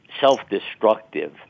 self-destructive